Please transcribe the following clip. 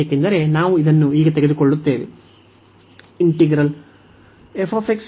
ಏಕೆಂದರೆ ನಾವು ಇದನ್ನು ಈಗ ತೆಗೆದುಕೊಳ್ಳುತ್ತೇವೆ